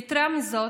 יתרה מזו,